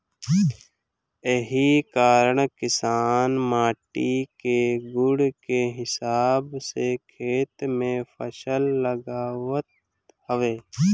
एही कारण किसान माटी के गुण के हिसाब से खेत में फसल लगावत हवे